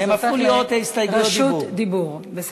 והן הפכו בקשות רשות דיבור.